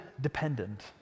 dependent